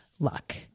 luck